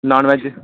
non veg